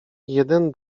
jeden